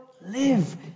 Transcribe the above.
live